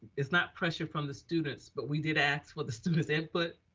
it's not pressure from the students, but we did ask for the students' input.